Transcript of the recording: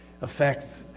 affect